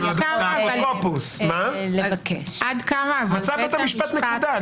שייכתב "מצא בית המשפט", נקודה.